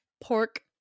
pork